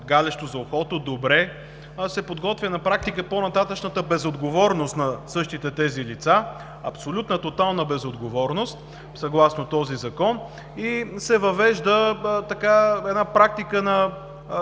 галещо за ухото – добре, но се подготвя на практика по-нататъшната безотговорност на същите тези лица, абсолютна, тотална безотговорност, съгласно този Закон, и се въвежда една практика,